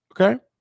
Okay